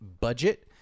budget